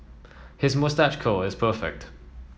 his moustache curl is perfect